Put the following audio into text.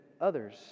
others